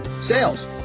sales